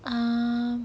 um